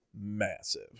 massive